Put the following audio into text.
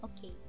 Okay